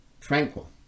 tranquil